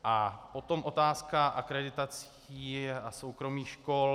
A potom otázka akreditací a soukromých škol.